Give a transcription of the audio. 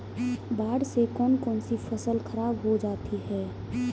बाढ़ से कौन कौन सी फसल खराब हो जाती है?